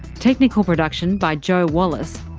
technical production by joe wallace,